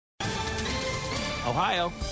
Ohio